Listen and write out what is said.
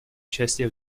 участие